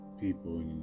people